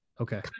Okay